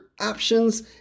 options